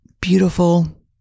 Beautiful